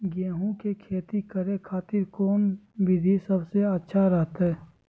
गेहूं के खेती करे खातिर कौन विधि सबसे अच्छा रहतय?